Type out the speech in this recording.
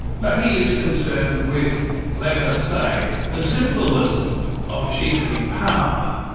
but he is concerned with let us say the symbolism of chiefly power,